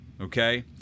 okay